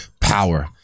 power